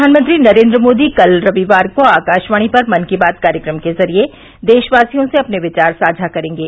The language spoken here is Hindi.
प्रधानमंत्री नरेन्द्र मोदी कल रविवार को आकाशवाणी पर मन की बात कार्यक्रम के जरिये देशवासियों से अपने विचार साझा करेंगे